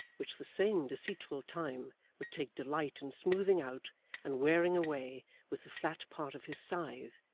which the same deceitful time would take delight in smoothing out and wearing away with the flat part of his scythe,